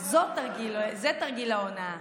זה תרגיל הונאה.